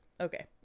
Okay